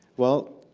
well,